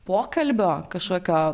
pokalbio kažkokio